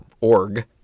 org